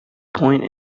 point